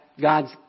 God's